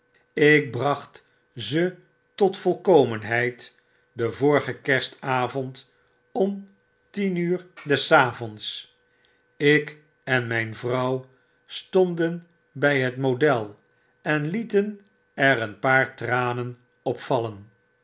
ik bracht ze tot volkomenheid den vorigen kerstavond o m tien uur des avonds ik en myn vrouw stonden by het model en lieten er een paar tranen